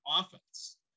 offense